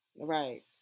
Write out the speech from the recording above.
Right